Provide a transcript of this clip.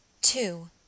Two